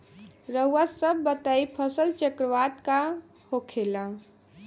रउआ सभ बताई फसल चक्रवात का होखेला?